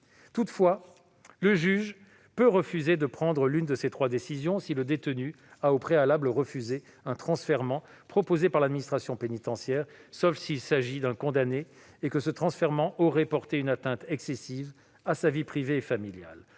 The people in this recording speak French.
Toutefois, le juge peut refuser de prendre l'une de ces trois décisions si le détenu a, au préalable, refusé un transfèrement proposé par l'administration pénitentiaire, sauf s'il s'agit d'un condamné et que ce transfèrement aurait porté une atteinte excessive à sa vie privée et familiale.